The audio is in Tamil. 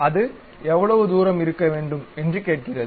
அது எவ்வளவு தூரம் இருக்க வேண்டும் என்று கேட்கிறது